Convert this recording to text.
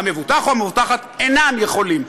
המבוטח או המבוטחת אינם יכולים.